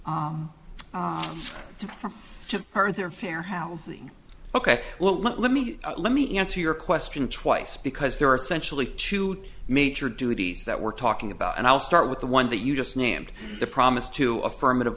heard there fair housing ok well let me let me answer your question twice because there are thankfully two major duties that we're talking about and i'll start with the one that you just named the promise to affirmative